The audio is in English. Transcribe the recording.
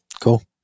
Cool